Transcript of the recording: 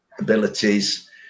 abilities